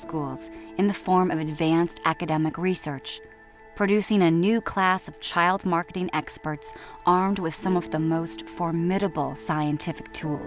schools in the form of advanced academic research producing a new class of child marketing experts armed with some of the most formidable scientific too